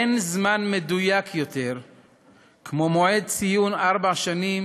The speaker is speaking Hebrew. אין זמן מדויק יותר כמו מועד ציון ארבע שנים